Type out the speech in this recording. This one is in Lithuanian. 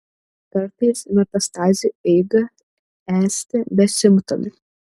kartais metastazių eiga esti besimptomė